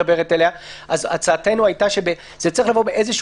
ואם לא נגיע למצב הזה אז זה לא יגיע למליאה?